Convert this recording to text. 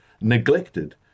neglected